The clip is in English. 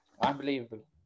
Unbelievable